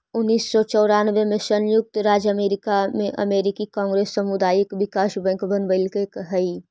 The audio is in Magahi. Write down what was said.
उन्नीस सौ चौरानबे में संयुक्त राज्य अमेरिका में अमेरिकी कांग्रेस सामुदायिक विकास बैंक बनवलकइ हई